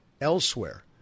elsewhere